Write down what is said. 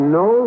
no